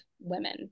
women